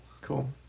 Cool